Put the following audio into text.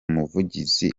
muvugizi